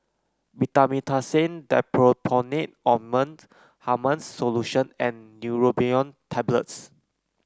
Betamethasone Dipropionate Ointment Hartman's Solution and Neurobion Tablets